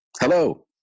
Hello